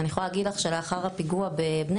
אני יכולה להגיד לך שלאחר הפיגוע בבני